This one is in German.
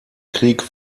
krieg